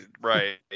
right